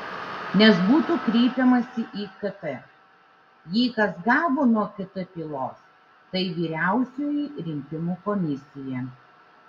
nes būtų kreipiamasi į kt jei kas gavo nuo kt pylos tai vyriausioji rinkimų komisija